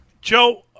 joe